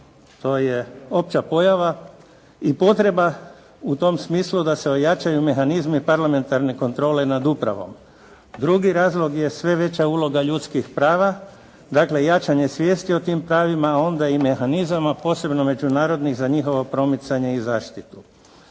to je opća pojava i potreba u tom smislu da se ojačaju mehanizmi parlamentarne kontrole nad upravom. Drugi razlog je sve veća uloga ljudskih prava, dakle jačanje svijesti o tim pravima, a onda i mehanizama posebno međunarodnih za njihovo promicanje i zaštitu.